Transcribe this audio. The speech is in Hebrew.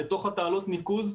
לתוך תעלות הניקוז,